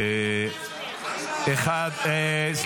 תן גז, תעשה לנו טובה.